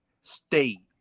stay